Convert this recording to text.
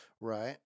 right